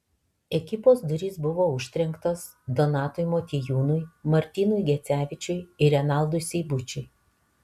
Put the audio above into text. ekipos durys buvo užtrenktos donatui motiejūnui martynui gecevičiui ir renaldui seibučiui